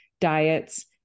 diets